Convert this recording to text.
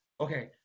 okay